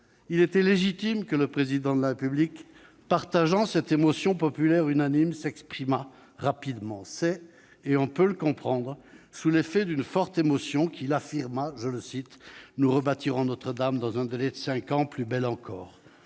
Il était légitime que le Président de la République, partageant cette émotion populaire unanime, s'exprimât rapidement. C'est- et l'on peut le comprendre -sous l'effet d'une forte émotion qu'il affirma :« Nous rebâtirons Notre-Dame, dans un délai de cinq ans, plus belle encore.